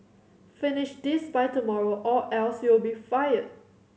finish this by tomorrow or else you'll be fired